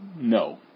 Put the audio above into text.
No